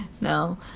no